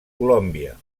colòmbia